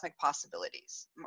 possibilities